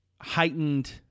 heightened